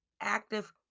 active